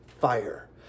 fire